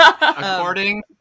according